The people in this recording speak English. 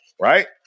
right